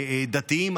דתיים,